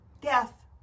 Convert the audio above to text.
death